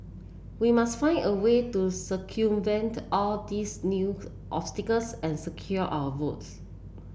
we must find a way to circumvent all these new obstacles and secure our votes